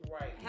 Right